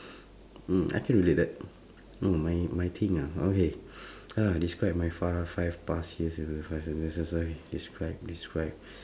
I can relate that mm my my thing ah okay describe my five five past years in under five sentences right describe describe